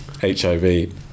HIV